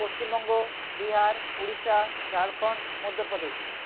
Paschimbanga Bihar Orissa Jharkhand Madhya Pradesh